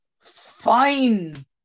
Fine